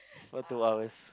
what two hours